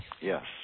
Yes